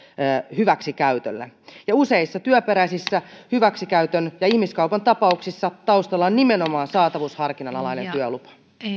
hyväksikäytölle useissa työperäisissä hyväksikäytön ja ihmiskaupan tapauksissa taustalla on nimenomaan saatavuusharkinnan alainen työlupa